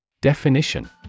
Definition